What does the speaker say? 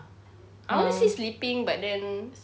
I want to say sleeping but then